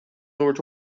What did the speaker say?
noord